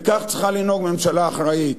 וכך צריכה לנהוג ממשלה אחראית,